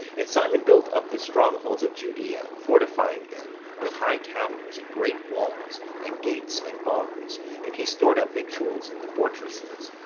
and simon built up the strong holds of judea, fortifying them with high towers, and great walls, and gates and bars and he stored up victuals in the fortresses.